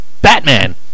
Batman